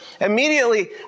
immediately